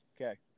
Okay